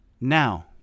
Now